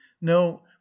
no